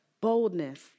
boldness